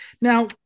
Now